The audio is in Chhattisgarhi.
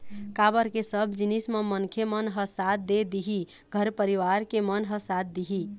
काबर के सब जिनिस म मनखे मन ह साथ दे दिही घर परिवार के मन ह साथ दिही